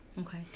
Okay